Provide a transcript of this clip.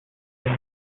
same